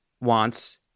wants